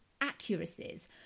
accuracies